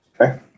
Okay